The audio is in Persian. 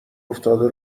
افتاده